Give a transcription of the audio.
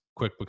QuickBooks